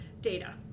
data